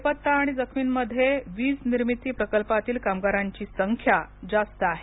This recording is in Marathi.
बेपत्ता आणि जखमीमध्ये वीज निर्मिती प्रकल्पातील कामगारांची संख्या जास्त आहे